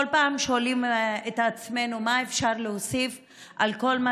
כל פעם שואלים את עצמנו מה אפשר להוסיף על כל מה